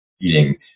eating